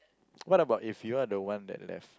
what about if you are the one that left